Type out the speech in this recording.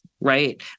right